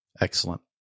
Excellent